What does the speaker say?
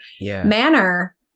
manner